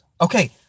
Okay